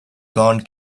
gone